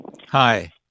Hi